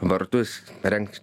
vartus rengt